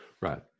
Right